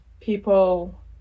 people